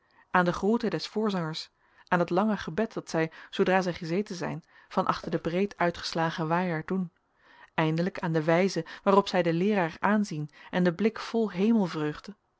aan de groete des voorzangers aan het lange gebed dat zij zoodra zij gezeten zijn van achter den breed uitgeslagen waaier doen eindelijk aan de wijze waarop zij den leeraar aanzien en den blik vol